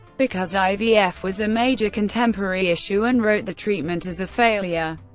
because ivf was a major contemporary issue and wrote the treatment as a failure,